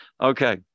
okay